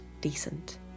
decent